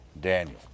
Daniel